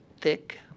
thick